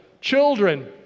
Children